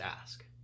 ask